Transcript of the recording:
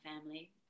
family